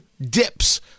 dips